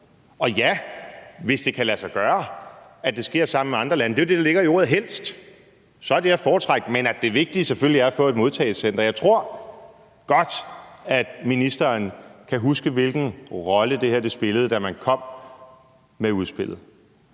at det, hvis det kan lade sig gøre, at det sker sammen med andre lande, så er at foretrække – det er jo det, der ligger i ordet helst – men at det vigtige selvfølgelig er at få et modtagecenter. Og jeg tror godt, at ministeren kan huske, hvilken rolle det her spillede, da man kom med udspillet,